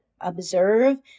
observe